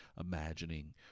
imagining